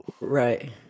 Right